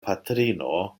patrino